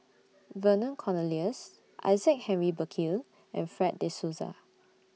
Vernon Cornelius Isaac Henry Burkill and Fred De Souza